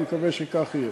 אני מקווה שכך יהיה.